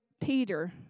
Peter